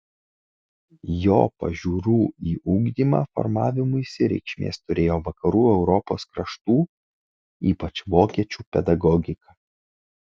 jo pažiūrų į ugdymą formavimuisi reikšmės turėjo vakarų europos kraštų ypač vokiečių pedagogika